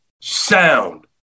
sound